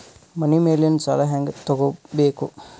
ಮನಿ ಮೇಲಿನ ಸಾಲ ಹ್ಯಾಂಗ್ ತಗೋಬೇಕು?